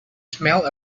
smell